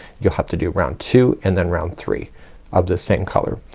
you'll have to do round two and then round three of the same color.